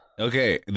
Okay